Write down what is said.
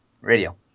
radio